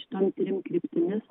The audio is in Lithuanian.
šitom tyrimų kryptimis